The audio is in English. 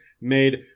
made